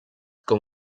com